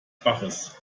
baches